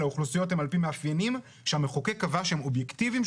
אלא על פי מאפיינים שהמחוקק קבע שהם אובייקטיביים,